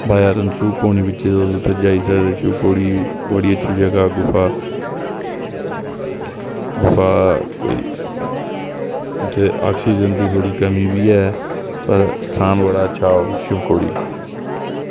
बाया रनसू पौनी बिचें उत्थें जाई सकदे शिवखौड़ी बड़ी अच्छी जगह गुफा अच्छा उत्थें ऑक्सीजन दी थोह्ड़ी कमी बी ऐ ते ओह् स्थान बगैरा अच्छा शिवखोड़ी